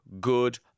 Good